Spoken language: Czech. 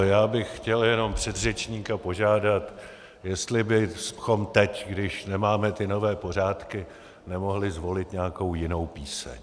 Já bych chtěl jenom předřečníka požádat, jestli bychom teď, když nemáme ty nové pořádky, nemohli zvolit nějakou jinou píseň.